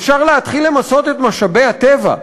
אפשר להתחיל למסות את משאבי הטבע,